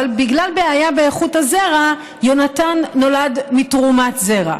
אבל בגלל בעיה באיכות הזרע יהונתן נולד מתרומת זרע.